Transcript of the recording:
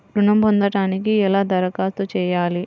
ఋణం పొందటానికి ఎలా దరఖాస్తు చేయాలి?